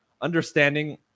understanding